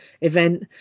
event